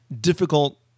difficult